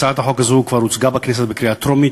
הצעת החוק הזו כבר הוצגה בכנסת לקריאה טרומית,